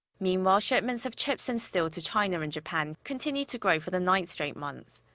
meanwhile, shipments of chips and steel to china and japan continued to grow for the ninth-straight month.